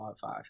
Five